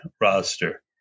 roster